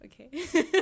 okay